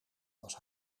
was